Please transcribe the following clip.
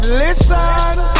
listen